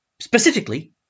Specifically